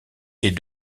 est